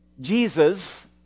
Jesus